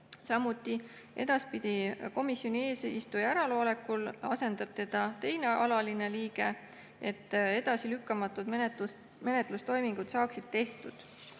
Samuti edaspidi komisjoni eesistuja äraolekul asendab teda teine alaline liige, et edasilükkamatud menetlustoimingud saaksid tehtud.